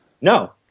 No